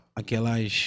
aquelas